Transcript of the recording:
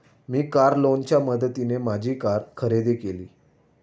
मी car लोनच्या मदतीने माझी कार खरेदी केली